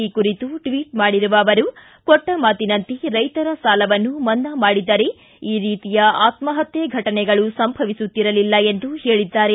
ಈ ಕುರಿತು ಟ್ವಿಟ್ ಮಾಡಿರುವ ಅವರು ಕೊಟ್ಟ ಮಾತಿನಂತೆ ರೈತರ ಸಾಲವನ್ನು ಮನ್ನಾ ಮಾಡಿದ್ದರೆ ಈ ರೀತಿಯ ಆತ್ಮಹತ್ಯೆ ಫಟನೆಗಳು ಸಂಭವಿಸುತ್ತಿರಲಿಲ್ಲ ಎಂದು ಹೇಳಿದ್ದಾರೆ